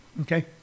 Okay